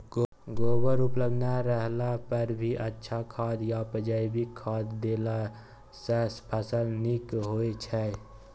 गोबर उपलब्ध नय रहला पर की अच्छा खाद याषजैविक खाद देला सॅ फस ल नीक होय छै?